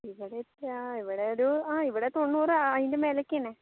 ഇവിടെ വച്ചാൽ ഇവിടെ ഒരു ആ ഇവിടെ തൊണ്ണൂറ് ആ അതിൻ്റെ മേലേക്കുതന്നെ